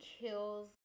kills